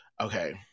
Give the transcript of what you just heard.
Okay